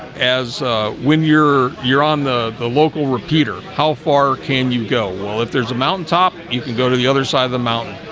as when you're you're on the the local repeater how far can you go? well if there's a mountaintop you can go to the other side of the mountain,